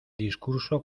discurso